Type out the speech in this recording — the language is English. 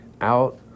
out